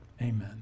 amen